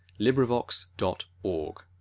Librivox.org